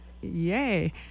yay